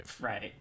Right